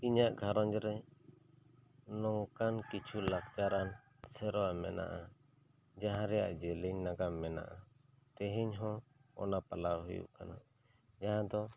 ᱤᱧᱟᱹᱜ ᱜᱷᱟᱨᱚᱸᱡᱽ ᱨᱮ ᱱᱚᱝᱠᱟᱱ ᱠᱤᱪᱷᱩ ᱞᱟᱪᱟᱨᱟᱱ ᱥᱮᱨᱣᱟ ᱢᱮᱱᱟᱜᱼᱟ ᱡᱟᱦᱟᱸ ᱨᱮᱭᱟᱜ ᱡᱮᱞᱮᱧ ᱱᱟᱜᱟᱢ ᱢᱮᱱᱟᱜᱼᱟ ᱛᱮᱦᱮᱧ ᱦᱚᱸ ᱚᱱᱟ ᱯᱟᱞᱟᱣ ᱦᱩᱭᱩᱜ ᱠᱟᱱᱟ ᱡᱟᱦᱟᱸ ᱫᱚ